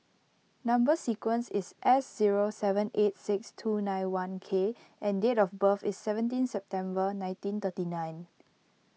Number Sequence is S zero seven eight six two nine one K and date of birth is seventeen September nineteen thirty nine